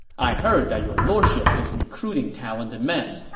i heard that your lordship is recruiting talented men,